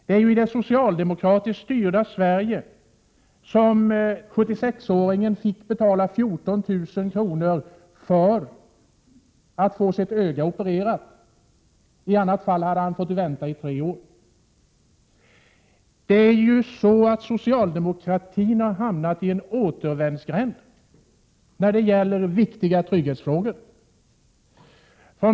Det är i det socialdemokratiskt styrda Sverige som 76-åringen fick betala 14 000 kr. för att få sitt ena öga opererat. I annat fall hade han fått vänta tre år. Socialdemokratin har hamnat i en återvändsgränd i viktiga trygghetsfrågor.